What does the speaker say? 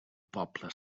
poble